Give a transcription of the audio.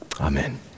Amen